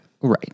Right